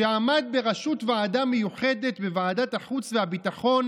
שעמד בראשות ועדה מיוחדת בוועדת החוץ והביטחון